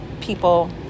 people